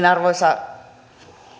arvoisa